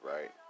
right